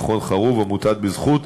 מכון "חרוב" ועמותת "בזכות".